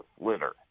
litter